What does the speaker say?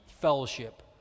fellowship